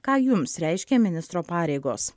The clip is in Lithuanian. ką jums reiškė ministro pareigos